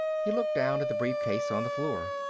he looked down at the briefcase on the floor.